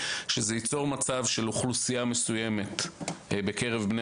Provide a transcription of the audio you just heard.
שזה ייצור מצב של אוכלוסייה מסוימת בקרב בני